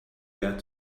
get